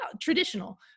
traditional